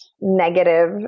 negative